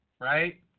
right